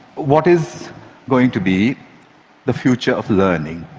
what is going to be the future of learning?